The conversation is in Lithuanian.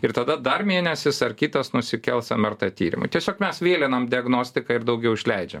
ir tada dar mėnesis ar kitas nusikels mrt tyrimui tiesiog mes vėlinam diagnostiką ir daugiau išleidžia